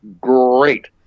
Great